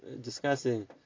discussing